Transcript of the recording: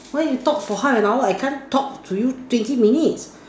why you talk for half an hour I can't talk to you twenty minutes